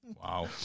Wow